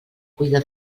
cuida